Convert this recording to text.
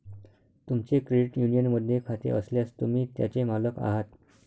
तुमचे क्रेडिट युनियनमध्ये खाते असल्यास, तुम्ही त्याचे मालक आहात